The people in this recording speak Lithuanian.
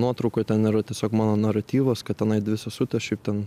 nuotraukoj ten yra tiesiog mano naratyvas kad tenai dvi sesutės šiaip ten